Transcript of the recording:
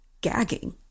gagging